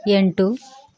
ಎಂಟು